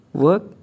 work